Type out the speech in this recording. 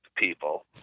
people